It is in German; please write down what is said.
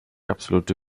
absolute